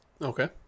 Okay